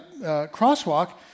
crosswalk